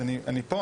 אז אני פה,